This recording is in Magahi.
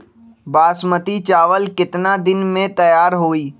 बासमती चावल केतना दिन में तयार होई?